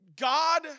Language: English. God